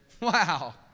wow